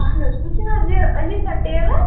اَہَن حظ تُہۍ چھُو نہ حظ یہِ أنیٖسا ٹیلَر